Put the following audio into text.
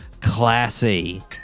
classy